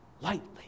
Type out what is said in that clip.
lightly